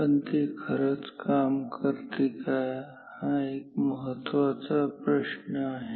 पण ते खरंच काम करते का हा एक महत्त्वाचा प्रश्न आहे